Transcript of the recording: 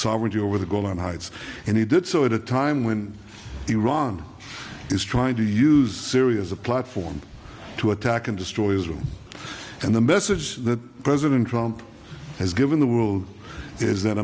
sovereignty over the golan heights and he did so at a time when iran is trying to use syria's a platform to attack and destroy israel and the message that president trump has given the world is that